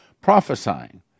prophesying